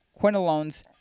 quinolones